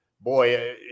boy